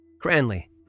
Cranley